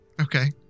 Okay